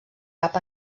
cap